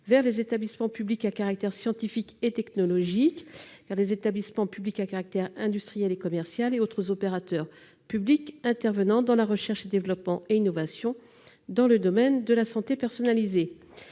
vers les établissements publics à caractère scientifique et technologique, les établissements publics à caractère industriel et commercial et d'autres opérateurs publics intervenant dans la recherche et développement ou l'innovation en matière de santé personnalisée.